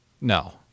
no